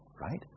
right